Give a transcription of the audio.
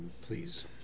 Please